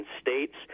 states